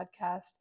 podcast